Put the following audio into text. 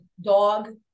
dog